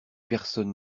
personne